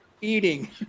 eating